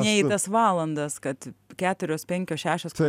ne į tas valandas kad keturios penkios šešios